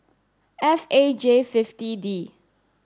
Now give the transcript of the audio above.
F A J fifity D